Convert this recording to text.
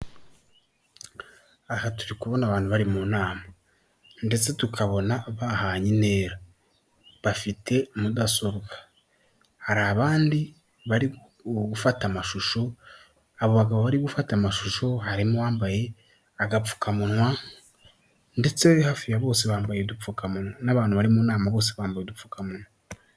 Aha turi kubona abantu bari mu nama ndetse tukabona bahanye intera bafite mudasobwa, hari abandi bari gufata amashusho aba bagabo bari gufata amashusho harimo uwambaye agapfukamunwa ndetse hafi ya bose bambaye udupfukamunwa n'abantu bari mu nama bose bambaye udupfukamunwa.